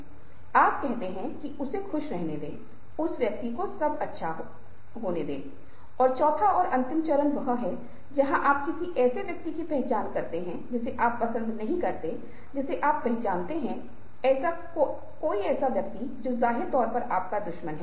यह बहुत स्पष्ट है कि चेहरे की अभिव्यक्ति महत्वपूर्ण रूप से संवाद करती है यह पता लगाने के लिए कि आप चेहरे के भावों को कितनी अच्छी तरह से समझते हैं जब हम अलग अलग वर्ग में चेहरे के भावों का विस्तार करते हैं